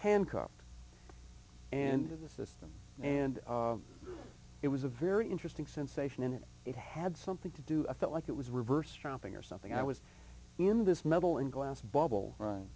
handcuffed and in the system and it was a very interesting sensation and it had something to do i felt like it was reverse tromping or something i was in this metal and glass bubble